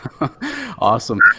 Awesome